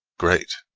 great,